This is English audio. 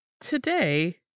today